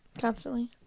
constantly